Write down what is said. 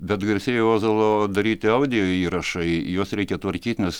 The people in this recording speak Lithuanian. bet garsieji ozolo daryti audio įrašai juos reikia tvarkyt nes